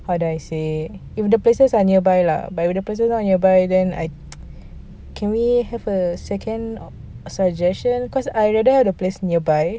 how do I say if the places are nearby lah but if the place not nearby then I can we have a second suggestion cause I'd rather the place nearby